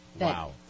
Wow